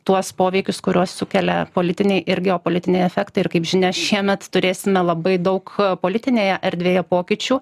tuos poveikius kuriuos sukelia politiniai ir geopolitiniai efektai ir kaip žinia šiemet turėsime labai daug politinėje erdvėje pokyčių